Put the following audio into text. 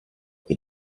che